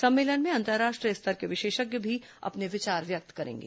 सम्मलेन में अंतर्राष्ट्रीय स्तर के विशेषज्ञ भी अपने विचार व्यक्त करेंगे